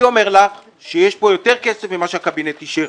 אני אומר לך שיש פה יותר כסף ממה שהקבינט אישר.